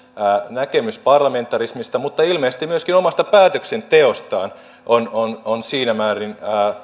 näkemys parlamentarismista mutta ilmeisesti myöskin omasta päätöksenteostaan on on siinä määrin